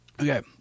Okay